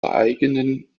eigenen